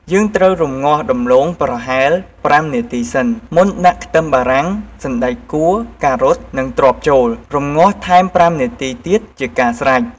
យើងត្រូវរំងាស់ដំឡូងប្រហែល ៥នាទីសិន មុនដាក់ខ្ទឹមបារាំង សណ្តែកគួរ ការុត នឹងត្រប់ចូល រំងាស់ថែម៥នាទីទៀតជាការស្រេច។